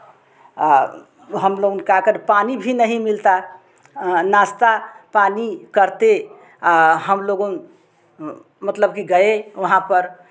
आ हम लोग का अगर पानी भी नहीं मिलता नाश्ता पानी करते हम लोगों मतलब कि गए वहाँ पर